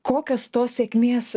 kokios tos sėkmės